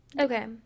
okay